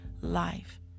life